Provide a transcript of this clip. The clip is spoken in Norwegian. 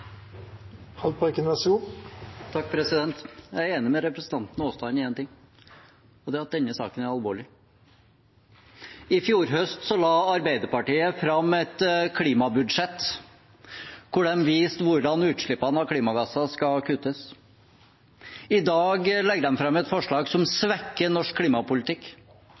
enig med representanten Aasland i én ting, og det er at denne saken er alvorlig. I fjor høst la Arbeiderpartiet fram et klimabudsjett hvor de viste hvordan utslippene av klimagasser skal kuttes. I dag legger de fram et forslag som svekker norsk klimapolitikk,